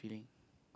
that feeling